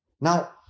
now